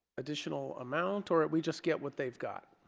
additional amount or we just get what they've got?